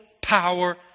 power